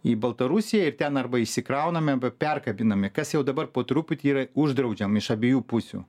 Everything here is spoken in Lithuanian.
į baltarusiją ir ten arba įsikrauname perkabiname kas jau dabar po truputį yra uždraudžiam iš abiejų pusių